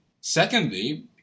Secondly